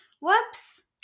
whoops